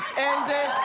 and